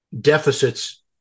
deficits